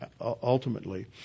ultimately